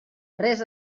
res